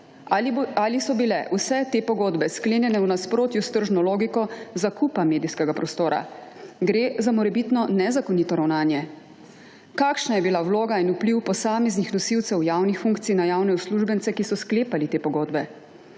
Ali so bile vse te pogodba sklenjene v nasprotju s tržno logiko zakupa medijskega prostora? Gre za morebitno nezakonito ravnanje? Kakšna je bila vloga in vpliv posameznih nosilcev javnih funkcij na javne uslužbence, ki so sklepali te pogodbe?